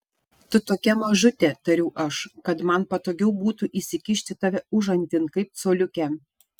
tu tokia mažutė tariau aš kad man patogiau būtų įsikišti tave užantin kaip coliukę